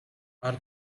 our